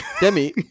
Demi